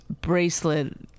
bracelet